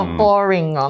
boring